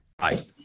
Hi